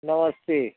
नमस्ते